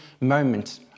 moment